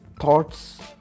thoughts